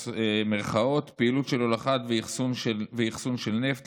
"פעילות של הולכה ואחסון של נפט,